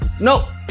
No